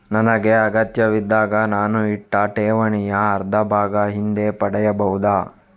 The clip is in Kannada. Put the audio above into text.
ನನಗೆ ಅಗತ್ಯವಿದ್ದಾಗ ನಾನು ಇಟ್ಟ ಠೇವಣಿಯ ಅರ್ಧಭಾಗ ಹಿಂದೆ ಪಡೆಯಬಹುದಾ?